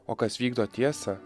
o kas vykdo tiesą